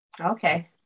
Okay